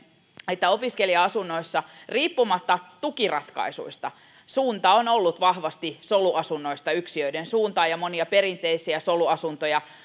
että opiskelija asunnoissa riippumatta tukiratkaisuista suunta on ollut vahvasti soluasunnoista yksiöiden suuntaan ja monia perinteisiä soluasuntoja